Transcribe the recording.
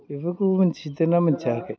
बेफोरखौ मोनथिदोंना मोनथियाखै